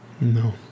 No